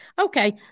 Okay